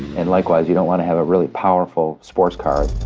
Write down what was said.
and likewise, you don't want to have a really powerful sports car